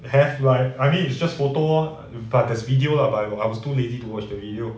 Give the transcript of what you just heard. have like I mean it's just photo lor but there's video lah but I I was too lazy to watch the video